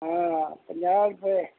ਹਾਂ ਪੰਜਾਹ ਰੁਪਏ